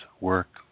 work